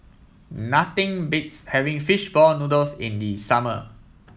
nothing beats having fish ball noodles in the summer